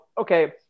okay